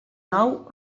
nou